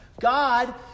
God